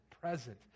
present